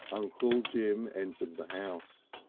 uncle jim entered the house.